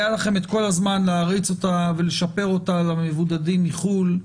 היה לכם את כל הזמן להריץ אותה ולשפר אותה על המבודדים מחו"ל.